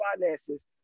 finances